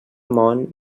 món